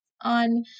on